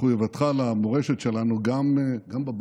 מחויבותך למורשת שלנו גם בבית.